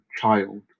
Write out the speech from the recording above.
child